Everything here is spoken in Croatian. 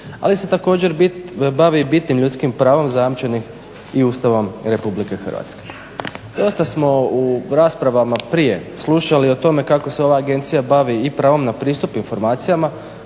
Ali se također bavi i bitnim ljudskim pravom zajamčenim i Ustavom RH. Dosta smo u raspravama prije slušali o tome kako se ova Agencija bavi i pravom na pristup informacijama,